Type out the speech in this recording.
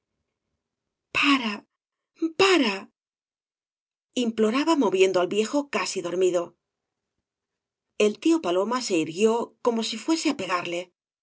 pare pare imploraba moviendo al viejo casi dormido el tío paloma se irguió como bí fuese á pegarle